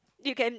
you can